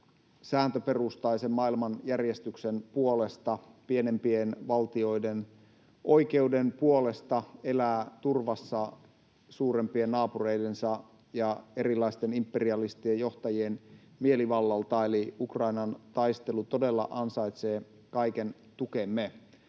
sääntöperustaisen maailmanjärjestyksen puolesta, pienempien valtioiden oikeuden puolesta elää turvassa suurempien naapureidensa ja erilaisten imperialististen johtajien mielivallalta. Eli Ukrainan taistelu todella ansaitsee kaiken tukemme.